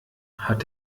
hat